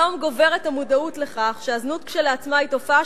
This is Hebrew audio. היום גוברת המודעות לכך שהזנות כשלעצמה היא תופעה